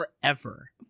forever